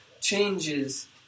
changes